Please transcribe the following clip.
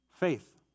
Faith